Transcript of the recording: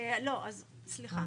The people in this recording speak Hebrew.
לא, אז סליחה.